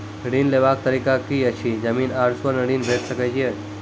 ऋण लेवाक तरीका की ऐछि? जमीन आ स्वर्ण ऋण भेट सकै ये?